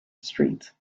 streets